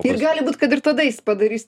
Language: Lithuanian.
ir gali būt kad ir tada jis padarys